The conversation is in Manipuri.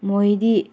ꯃꯣꯏꯗꯤ